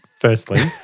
firstly